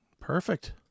Perfect